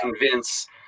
convince